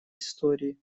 истории